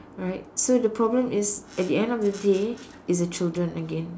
right so the problem is at the end of the day is the children again